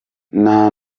nta